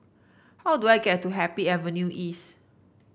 how do I get to Happy Avenue East